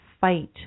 fight